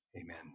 Amen